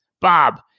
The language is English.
Bob